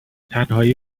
تنهایی